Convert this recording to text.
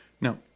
Now